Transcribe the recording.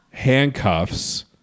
Handcuffs